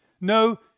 No